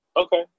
Okay